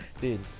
Dude